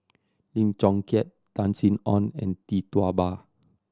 Lim Chong Keat Tan Sin Aun and Tee Tua Ba